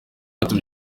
abdul